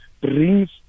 brings